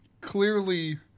clearly